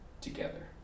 together